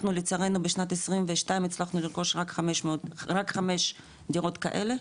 אנחנו לצערנו בשנת 22 הצלחנו לרכוש רק חמש דירות כאלה,